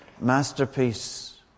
masterpiece